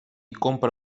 compra